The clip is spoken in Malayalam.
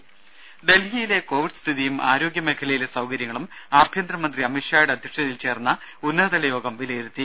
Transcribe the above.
രും ഡൽഹിയിലെ കോവിഡ് സ്ഥിതിയും ആരോഗ്യ മേഖലയിലെ സൌകര്യങ്ങളും ആഭ്യന്തര മന്ത്രി അമിത്ഷായുടെ അധ്യക്ഷതയിൽ ചേർന്ന ഉന്നതതല യോഗം വിലയിരുത്തി